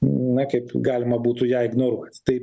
na kaip galima būtų ją ignoruot tai